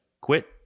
quit